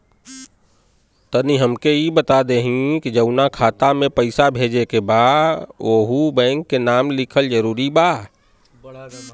तनि हमके ई बता देही की जऊना खाता मे पैसा भेजे के बा ओहुँ बैंक के नाम लिखल जरूरी बा?